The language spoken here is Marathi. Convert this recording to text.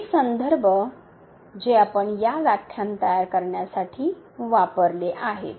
हे संदर्भ जे आपण या व्याख्याने तयार करण्यासाठी वापरले आहेत